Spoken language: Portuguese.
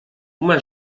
uma